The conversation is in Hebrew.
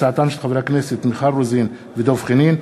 הצעותיהם של חברי הכנסת מיכל רוזין ודב חנין.